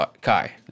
Kai